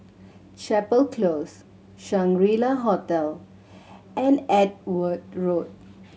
Chapel Close Shangri La Hotel and Edgware Road